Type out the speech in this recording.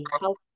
health